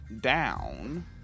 down